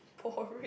boring